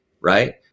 right